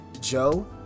Joe